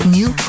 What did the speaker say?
New